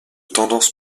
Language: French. tendance